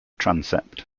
transept